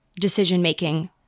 decision-making